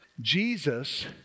Jesus